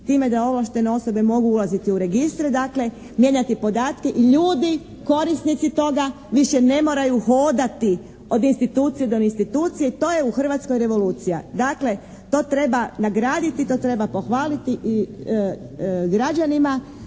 Time da ovlaštene osobe mogu ulaziti u registre, dakle mijenjati podatke i ljudi korisnici toga više ne moraju hodati od institucije do institucije. To je u Hrvatskoj revolucija. Dakle to treba nagraditi, to treba pohvaliti i građanima